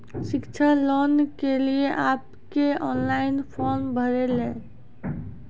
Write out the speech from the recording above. शिक्षा लोन के लिए आप के ऑनलाइन फॉर्म भरी ले?